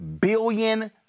billion